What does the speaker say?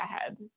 ahead